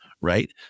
right